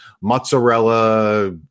mozzarella